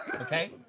okay